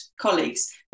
colleagues